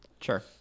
Sure